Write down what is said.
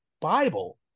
Bible